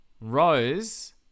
Rose